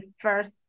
first